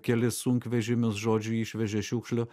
kelis sunkvežimius žodžiu išvežė šiukšlių